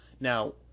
Now